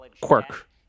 quirk